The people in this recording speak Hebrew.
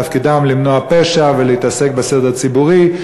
תפקידם למנוע פשע ולהתעסק בסדר הציבורי.